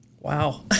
Wow